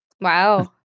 Wow